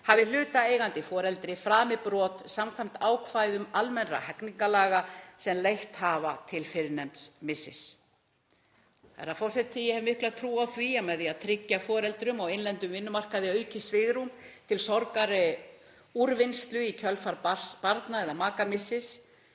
hafi hlutaðeigandi foreldri framið brot samkvæmt ákvæðum almennra hegningarlaga sem leitt hafa til fyrrnefnds missis. Herra forseti. Ég hef mikla trú á því að með því að tryggja foreldrum á innlendum vinnumarkaði aukið svigrúm til sorgarúrvinnslu í kjölfar barns- eða makamissis